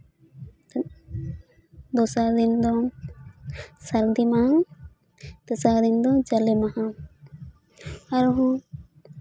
ᱫᱚᱥᱟᱨ ᱫᱤᱱ ᱫᱚ ᱥᱟᱨᱫᱤ ᱢᱟᱦᱟ ᱛᱮᱥᱟᱨ ᱫᱤᱱ ᱫᱚ ᱡᱟᱞᱮ ᱢᱟᱦᱟ ᱟᱨᱦᱚᱸ